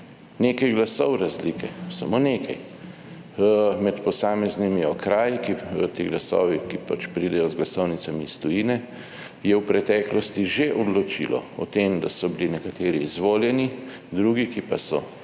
Nekaj glasov razlike, samo nekaj med posameznimi okraji, ki pridejo z glasovnicami iz tujine je v preteklosti že odločilo o tem, da so bili nekateri izvoljeni, drugi, ki so pa mislili,